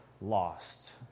lost